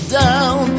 down